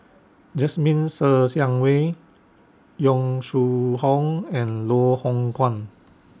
Jasmine Ser Xiang Wei Yong Shu Hoong and Loh Hoong Kwan